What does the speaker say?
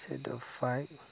shadow fight